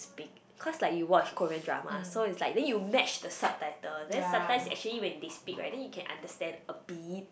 speak cause like you watch Korean drama so it's like then you match the subtitle then sometimes actually when they speak right then you can understand a bit